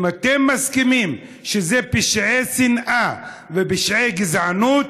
אם אתם מסכימים שאלה פשעי שנאה ופשעי גזענות,